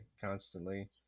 constantly